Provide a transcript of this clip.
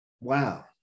Wow